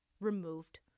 removed